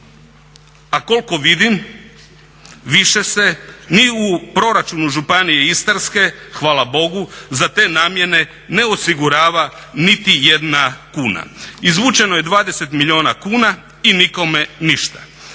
a koliko vidim više se ni u proračunu Županije istarske, hvala bogu za te namjene ne osigurava niti jedna kuna. Izvučeno je 20 milijuna kuna i nikome ništa.